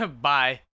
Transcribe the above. Bye